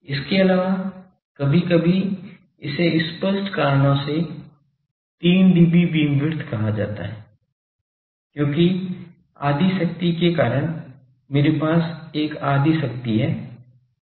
इसके अलावा कभी कभी इसे स्पष्ट कारणों से 3 dB बीमविड्थ कहा जाता है क्योंकि आधी शक्ति के कारण मेरे पास एक आधी शक्ति है जो 3 dB है